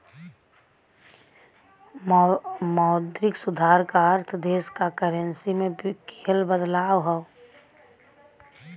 मौद्रिक सुधार क अर्थ देश क करेंसी में किहल बदलाव हौ